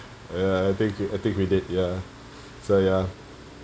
ya I think I think we did ya so ya